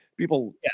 People